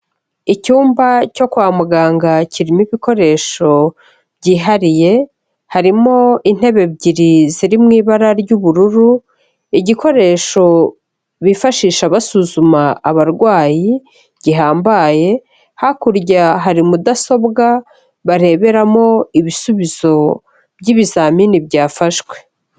Icyumba cyo kwa muganga kirimo ibikoresho byihariye, harimo intebe ebyiri ziri mu ibara ry'ubururu, igikoresho bifashisha basuzuma abarwayi gihambaye, hakurya hari mudasobwa bareberamo ibisubizo by'ibizamini byafashwe.